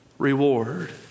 Reward